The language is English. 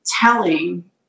telling